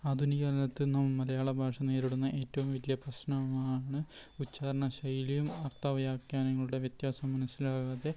ആധുനിക കാലത്തെന്നും മലയാള ഭാഷ നേരിടുന്ന ഏറ്റവും വലിയ പ്രശ്നമാണ് ഉച്ചാരണ ശൈലിയും അർത്ഥ വ്യാഖ്യാനങ്ങളുടെ വ്യത്യാസവും മനസ്സിലാകാതെ